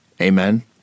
Amen